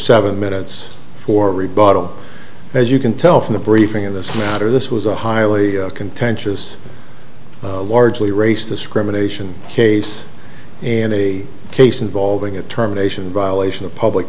seven minutes for rebuttal as you can tell from the briefing in this matter this was a highly contentious largely race discrimination case and a case involving a terminations violation of public